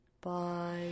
Bye